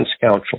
Council